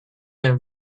been